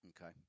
Okay